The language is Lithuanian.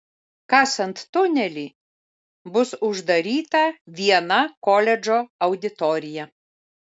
kasant tunelį bus uždaryta viena koledžo auditorija